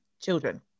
children